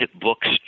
Books